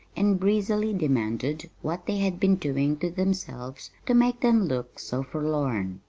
and breezily demanded what they had been doing to themselves to make them look so forlorn.